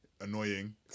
Annoying